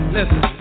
Listen